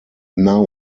now